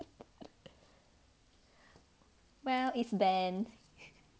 well it's ben